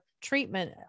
treatment